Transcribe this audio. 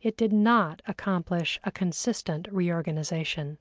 it did not accomplish a consistent reorganization.